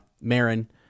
Marin